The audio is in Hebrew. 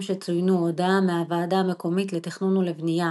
שצוינו הודעה מהוועדה המקומית לתכנון ולבנייה